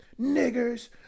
niggers